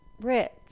rich